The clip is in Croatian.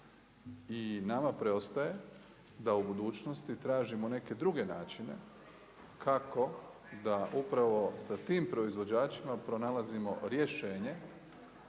i nama preostaje da budućnosti tražimo neke druge načine kako da upravo sa tim proizvođačima pronalazimo rješenje